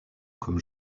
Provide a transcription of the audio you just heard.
comme